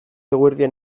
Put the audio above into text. eguerdian